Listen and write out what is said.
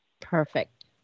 Perfect